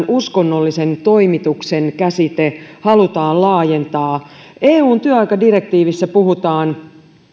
uskonnollisen toimituksen käsite halutaan laajentaa eun työaikadirektiivissä puhutaan